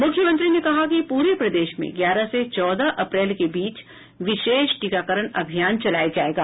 मुख्यमंत्री ने कहा कि पूरे प्रदेश में ग्यारह से चौदह अप्रैल के बीच विशेष टीकाकरण अभियान चलाया जायेगा